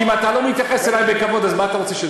אם אתה לא מתייחס אלי בכבוד, מה אתה רוצה?